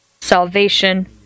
salvation